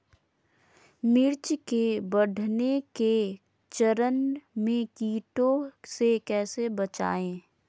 मिर्च के बढ़ने के चरण में कीटों से कैसे बचये?